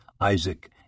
Isaac